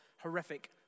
horrific